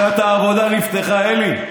לשכת העבודה נפתחה, אלי.